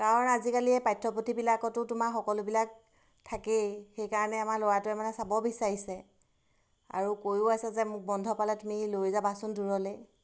কাৰণ আজিকালি এই পাঠ্যপুথিবিলাকতো তোমাৰ সকলোবিলাক থাকেই সেইকাৰণে আমাৰ ল'ৰাটোৱে মানে চাব বিচাৰিছে আৰু কৈয়ো আছে যে মোক বন্ধ পালে তুমি লৈ যাবাচোন দূৰলৈ